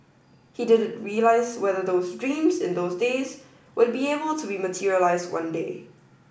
he didn't realise whether those dreams in those days would be able to be materialised one day